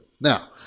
Now